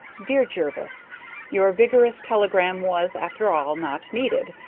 dear jervis your vigorous telegram was, after all, not needed.